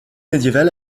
médiéval